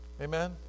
Amen